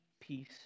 peace